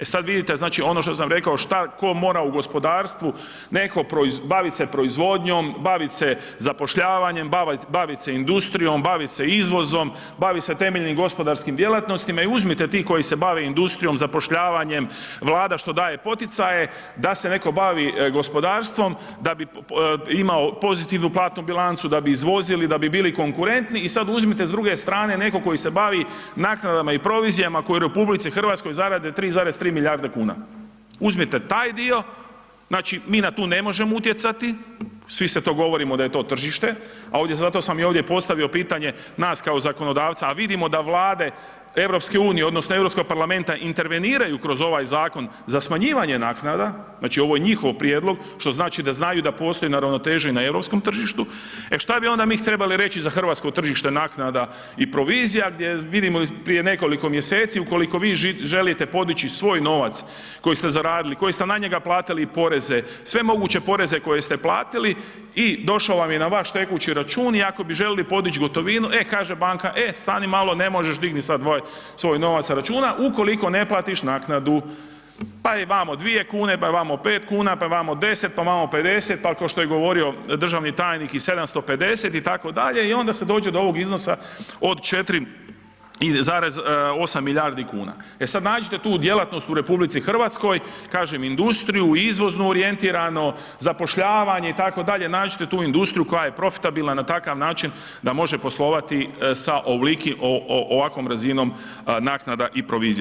E sad vidite, znači ono što sam rekao, šta, ko mora u gospodarstvu, neko bavit se proizvodnjom, bavit se zapošljavanjem, bavit se industrijom, bavit se izvozom, bavit se temeljnim gospodarskim djelatnostima i uzmite ti koji se bave industrijom, zapošljavanjem, Vlada što daje poticaje da se neko bavi gospodarstvom da bi imao pozitivnu platnu bilancu, da bi izvozili, da bi bili konkurentni i sad uzmite s druge strane nekog koji se bavi naknadama i provizijama koji u RH zarade 3,3 milijarde kuna, uzmite taj dio, znači mi na to ne možemo utjecati, svi sad govorimo da je to tržište, a ovdje, zato sam i ovdje postavio pitanje nas kao zakonodavca, a vidimo da Vlade EU odnosno Europskog parlamenta interveniraju kroz ovaj zakon za smanjivanje naknada, znači ovo je njihov prijedlog što znači da znaju da postoje neravnoteže i na europskom tržištu, e šta bi onda mi trebali reći za hrvatsko tržište naknada i provizija gdje vidimo prije nekoliko mjeseci ukoliko vi želite podići svoj novac koji ste zaradili, koji ste na njega platili i poreze, sve moguće poreze koje ste platili i došao vam je na vaš tekući račun i ako bi želili podić gotovinu, e kaže banka, e stani malo, ne možeš sad dignit svoj novac sa računa ukoliko ne platiš naknadu, pa je vamo 2,00 kn, pa je vamo 5,00 kn, pa je vamo 10, pa vamo 50, pa kao što je govorio državni tajnik i 750 itd. i onda se dođe do ovog iznosa od 4,8 milijardi kuna, e sad nađite tu djelatnost u RH, kažem industriju, izvozno orijentirano, zapošljavanje, itd., nađite tu industriju koja je profitabilna na takav način da može poslovati sa ovolikim, ovakvom razinom naknada i provizija.